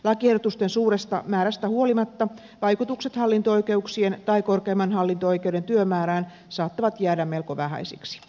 lakiehdotusten suuresta määrästä huolimatta vaikutukset hallinto oikeuksien tai korkeimman hallinto oikeuden työmäärään saattavat jäädä melko vähäisiksi